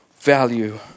value